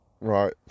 Right